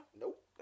Nope